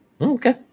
Okay